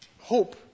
hope